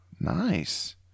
Nice